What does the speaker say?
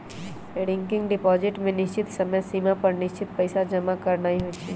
recurring deposit में निश्चित समय सिमा पर निश्चित पइसा जमा करानाइ होइ छइ